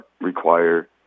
require